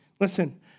Listen